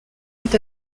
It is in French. est